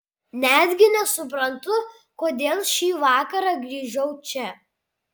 netgi nesuprantu kodėl šį vakarą grįžau čia